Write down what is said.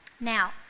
Now